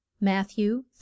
Matthew